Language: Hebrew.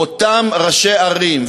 אותם ראשי ערים,